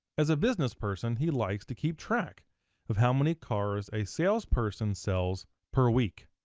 as a business person he likes to keep track of how many cars a salesperson sells per week.